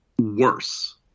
worse